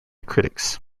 critics